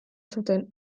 zuten